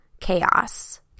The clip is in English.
chaos